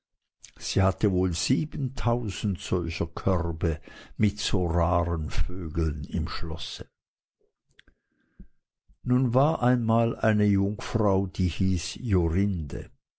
sie hatte wohl siebentausend solcher körbe mit so raren vögeln im schlosse nun war einmal eine jungfrau die hieß jorinde